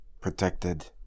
protected